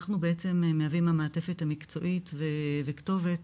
בעצם מהווים את המעטפת המקצועית והכתובת